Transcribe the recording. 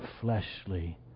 fleshly